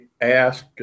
asked